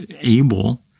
able